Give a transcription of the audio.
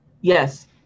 Yes